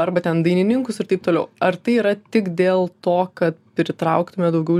arba ten dainininkus ir taip toliau ar tai yra tik dėl to kad pritrauktumėt daugiau